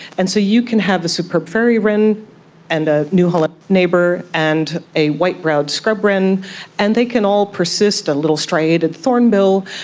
and so you can have a superb fairy wren and a new holland honeyeater neighbour and a white browed scrub wren and they can all persist, a little striated thornbill,